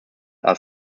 are